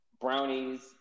brownies